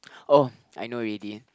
oh I know already